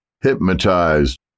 hypnotized